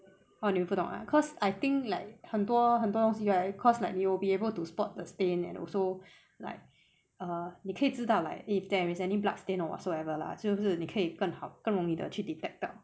哦你不懂啊 cause I think like 很多很多东西 right cause like you will be able to spot the stain and also like err 你可以知道 like if there is any blood stain or whatsoever lah 就是你可以更好更容易地去 detect 到